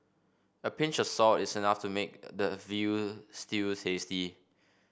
a pinch of salt is enough to make the veal stew tasty